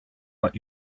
what